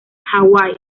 hawái